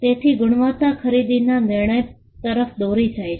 તેથી ગુણવત્તા ખરીદીના નિર્ણય તરફ દોરી જાય છે